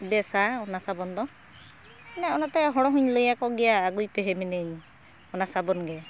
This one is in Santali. ᱵᱮᱥᱟ ᱚᱱᱟ ᱥᱟᱵᱚᱱ ᱫᱚ ᱚᱱᱮ ᱚᱱᱟᱛᱮ ᱦᱚᱲ ᱦᱚᱸᱧ ᱞᱟᱹᱭᱟᱠᱚ ᱜᱮᱭᱟ ᱟᱜᱩᱭᱯᱮ ᱦᱤᱢᱤᱱᱤᱝ ᱚᱱᱟ ᱥᱟᱵᱚᱱᱜᱮ